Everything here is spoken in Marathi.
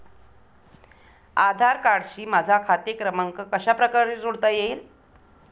आधार कार्डशी माझा खाते क्रमांक कशाप्रकारे जोडता येईल?